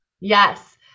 Yes